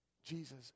Jesus